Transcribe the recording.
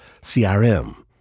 CRM